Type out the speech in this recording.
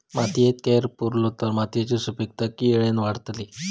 मातयेत कैर पुरलो तर मातयेची सुपीकता की वेळेन वाडतली?